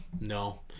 No